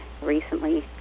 Recently